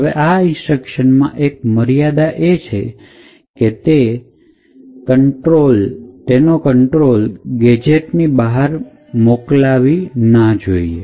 હવે આ ઇન્સ્ટ્રક્શન માં એક મર્યાદા એ છે કે તે કંટ્રોલ ગેજેટની બહાર મોકલવી ના જોઈએ